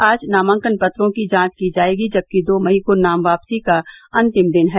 आज नामांकन पत्रों की जांच की जायेगी जबकि दो मई को नाम वापसी का अंतिम दिन है